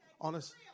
honest